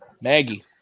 Maggie